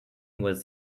was